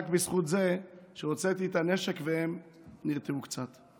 בזכות זה שהוצאתי את הנשק והם נרתעו קצת.